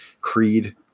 Creed